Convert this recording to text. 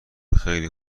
خیلی